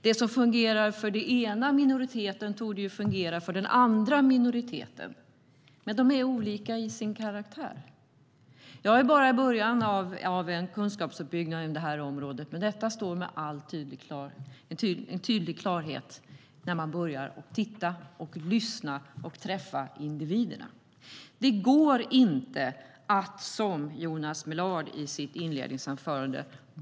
Det som fungerar för den ena minoriteten torde fungera för den andra minoriteten, anses det. Men de är olika till sin karaktär. Jag är bara i början av min kunskapsuppbyggnad inom det här området, men när man börjar titta, lyssna och träffa individer står det klart att det inte går att bunta ihop dem allihop, som Jonas Millard gjorde i sitt inledningsanförande.